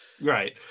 Right